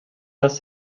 des